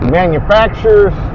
manufacturers